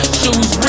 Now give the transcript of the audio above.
shoes